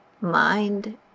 mind